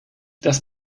das